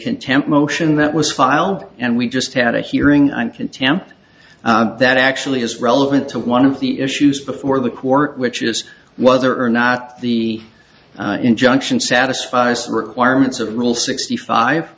contempt motion that was filed and we just had a hearing on contempt that actually is relevant to one of the issues before the court which is whether or not the injunction satisfy us requirements of rule sixty five